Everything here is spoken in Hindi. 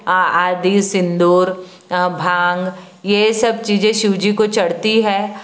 आदि सिंदूर भांग ये सब चीज़ें शिव जी को चढ़ती है